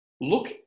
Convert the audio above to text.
Look